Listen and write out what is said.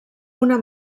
una